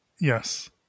Yes